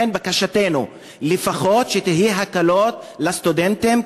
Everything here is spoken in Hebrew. בקשתנו לפחות שיהיו הקלות לסטודנטים,